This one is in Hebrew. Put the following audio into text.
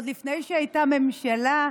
עוד לפני שהייתה הממשלה,